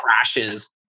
crashes